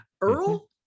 Earl